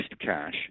cash